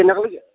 সেনেকলৈকে